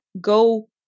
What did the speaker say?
go